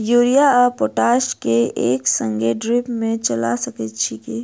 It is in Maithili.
यूरिया आ पोटाश केँ एक संगे ड्रिप मे चला सकैत छी की?